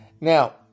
Now